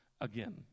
again